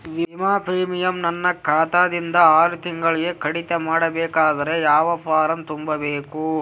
ವಿಮಾ ಪ್ರೀಮಿಯಂ ನನ್ನ ಖಾತಾ ದಿಂದ ಆರು ತಿಂಗಳಗೆ ಕಡಿತ ಮಾಡಬೇಕಾದರೆ ಯಾವ ಫಾರಂ ತುಂಬಬೇಕು?